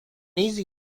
easy